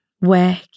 work